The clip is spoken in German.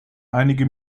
einige